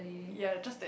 yea just that